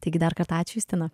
taigi dar kartą ačiū justina